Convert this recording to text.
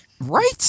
Right